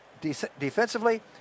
defensively